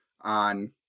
on